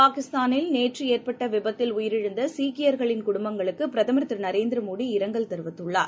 பாகிஸ்தானில் நேற்றுஏற்பட்டவிபத்தில் உயிரிழந்தசீக்கியர்களின் குடும்பங்களுக்குபிரதமர் திரு நரேந்திரமோடி இரங்கல் தெரிவித்துள்ளார